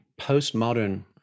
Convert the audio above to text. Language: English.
postmodern